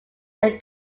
than